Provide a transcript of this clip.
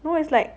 no it's like